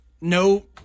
No